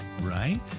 Right